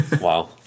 Wow